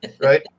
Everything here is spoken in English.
Right